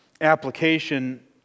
application